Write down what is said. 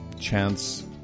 Chance